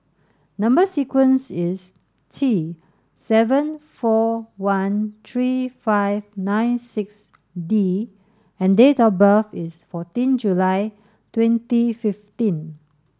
number sequence is T seven four one three five nine six D and date of birth is fourteen July twenty fifteen